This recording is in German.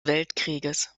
weltkrieges